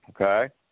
okay